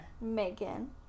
Megan